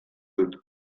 dut